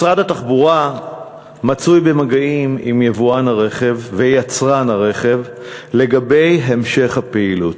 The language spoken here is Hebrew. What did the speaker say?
משרד התחבורה מצוי במגעים עם יבואן הרכב ויצרן הרכב לגבי המשך הפעילות.